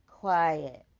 quiet